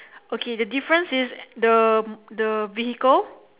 okay the difference is the the vehicle